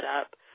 up